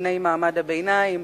לבני מעמד הביניים,